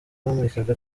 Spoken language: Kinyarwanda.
bamurikaga